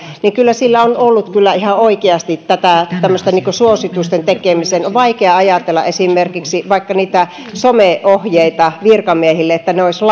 niin kyllä sillä on ollut ihan oikeasti tätä tämmöistä suositusten tekemistä on vaikea ajatella että esimerkiksi vaikka some ohjeet virkamiehille olisivat